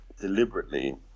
deliberately